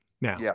now